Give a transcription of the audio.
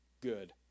good